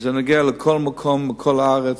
זה בכל מקום, בכל הארץ,